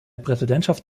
präsidentschaft